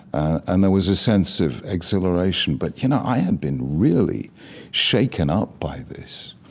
and there was a sense of exhilaration. but, you know, i had been really shaken up by this,